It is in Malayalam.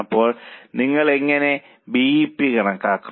അപ്പോൾ നിങ്ങൾ എങ്ങനെ ബി ഇ പി കണക്കാക്കും